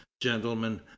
gentlemen